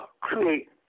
create